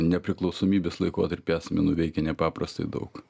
nepriklausomybės laikotarpį esame nuveikę nepaprastai daug